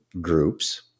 groups